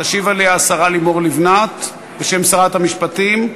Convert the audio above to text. תשיב עליה השרה לימור לבנת בשם שרת המשפטים.